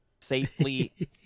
safely